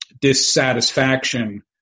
dissatisfaction